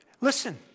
Listen